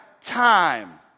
time